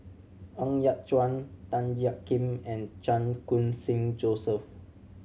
Ng Yat Chuan Tan Jiak Kim and Chan Khun Sing Joseph